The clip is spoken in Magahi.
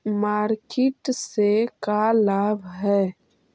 मार्किट से का लाभ है?